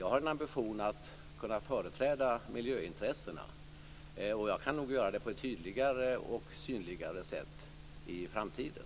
Jag har en ambition att kunna företräda miljöintressena, och jag kan nog göra det på ett tydligare och synligare sätt i framtiden.